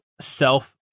self